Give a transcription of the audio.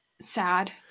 sad